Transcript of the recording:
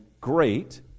great